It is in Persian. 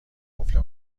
قفل